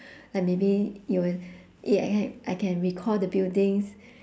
like maybe you will y~ ya I can recall the buildings